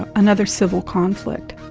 ah another civil conflict.